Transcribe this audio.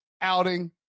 outing